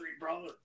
brother